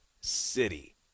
City